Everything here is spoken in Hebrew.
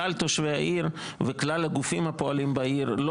כלל תושבי העיר וכלל הגופים הפועלים בעיר לא